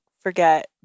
forget